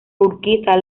urquiza